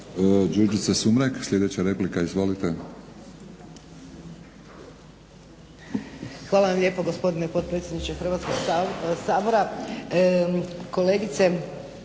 Đurđica Sumrak. **Sumrak, Đurđica (HDZ)** Hvala vam lijepo gospodine potpredsjedniče Hrvatskog sabora. Kolegice